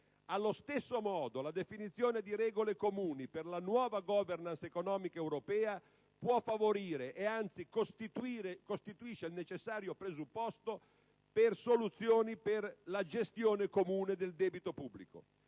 Allo stesso modo, la definizione di regole comuni per la nuova *governance* economica europea può favorire, ed anzi ne costituisce il necessario presupposto, soluzioni per la gestione comune del debito pubblico.